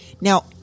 Now